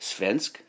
Svensk